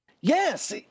Yes